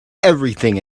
everything